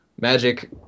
magic